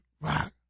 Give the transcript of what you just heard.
Rock